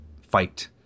fight